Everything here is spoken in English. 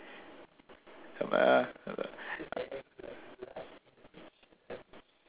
uh